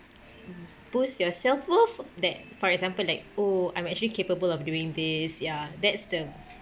prove yourself worth that for example like oh I'm actually capable of doing this ya that's the